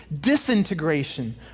disintegration